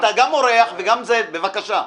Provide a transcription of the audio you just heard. אתה גם אורח וגם זה, בבקשה.